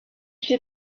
fait